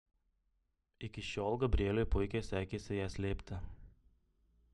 iki šiol gabrieliui puikiai sekėsi ją slėpti